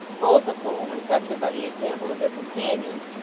both of whom, infected by the example of their companions,